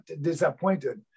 disappointed